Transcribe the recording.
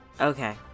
Okay